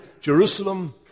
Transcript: Jerusalem